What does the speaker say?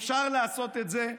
אפשר לעשות את זה,